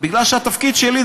כי התפקיד שלי,